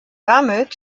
damit